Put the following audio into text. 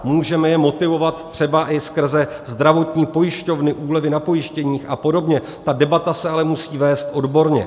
Můžeme je motivovat třeba i skrze zdravotní pojišťovny, úlevy na pojištěních a podobně, ta debata se ale musí vést odborně.